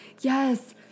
yes